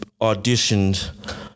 auditioned